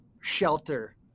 shelter